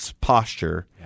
posture